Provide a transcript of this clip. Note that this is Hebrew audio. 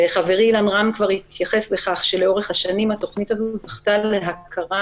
חברי אילן רם כבר התייחס לכך שלאורך השנים התכנית הזאת זכתה להכרה